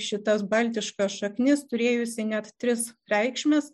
šitas baltiškas šaknis turėjusi net tris reikšmes